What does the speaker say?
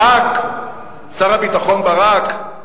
שלחו את שר המשפטים בשם, ברק, שר הביטחון ברק,